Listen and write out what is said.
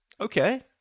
Okay